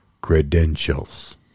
credentials